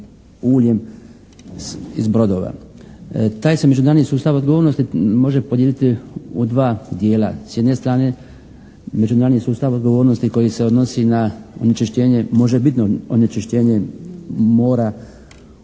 uljem iz brodova. Taj se međunarodni sustav odgovornosti može podijeliti u dva dijela. S jedne strane međunarodni sustav odgovornosti koji se odnosi na onečišćenje možebitno mora